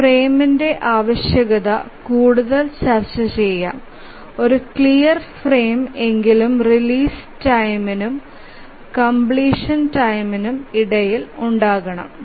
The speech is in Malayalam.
ഒരു ഫ്രെയിംന്ടെ ആവശ്യകത കൂടുതൽ ചർച്ച ചെയാം ഒരു ക്ലിയർ ഫ്രെയിം എങ്കിലും റിലീസ് ടൈംനും കംപ്ലീഷൻ ടൈംനും ഇടയിൽ ഉണ്ടാകണം